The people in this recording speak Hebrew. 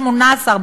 18,